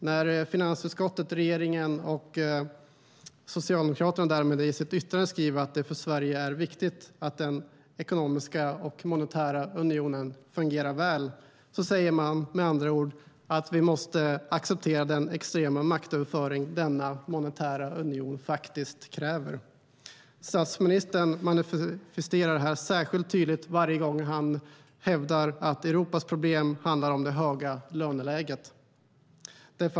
När finansutskottet, regeringen och Socialdemokraterna i sitt yttrande skriver att det för Sverige är viktigt att den ekonomiska och monetära unionen fungerar väl säger de med andra ord att vi måste acceptera den extrema maktöverföring denna monetära union faktiskt kräver. Statsministern manifesterar det särskilt tydligt varje gång han hävdar att Europas problem handlar om det höga löneläget.